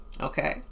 Okay